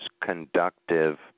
conductive